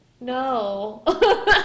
No